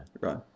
Right